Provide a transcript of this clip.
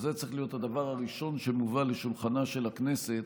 זה צריך להיות הדבר הראשונה שמובא לשולחנה של הכנסת,